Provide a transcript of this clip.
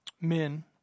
men